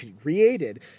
created